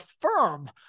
Firm